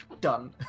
Done